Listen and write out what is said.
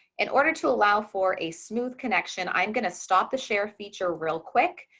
in order to allow for a smooth connection. i'm going to stop the share feature. real quick,